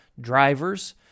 drivers